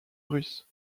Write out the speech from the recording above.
russe